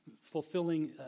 fulfilling